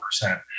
percent